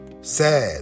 sad